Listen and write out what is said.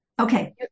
okay